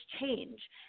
change